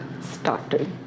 started